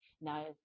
Now